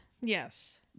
Yes